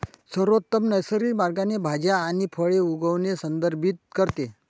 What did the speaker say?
सर्वोत्तम नैसर्गिक मार्गाने भाज्या आणि फळे उगवणे संदर्भित करते